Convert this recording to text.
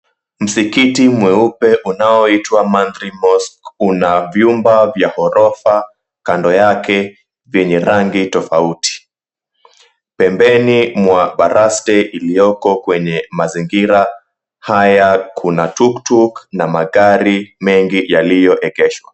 Msikiti mweupe unaoitwa Magrid Mosque una vyumba vya ghorofa kando yake vyenye rangi tofauti. Pembeni mwa baraste iliyoko kwenye mazingira haya kuna tuktuk na magari mengi yaliyoegeshwa.